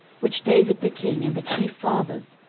which david the king, and the chief fathers,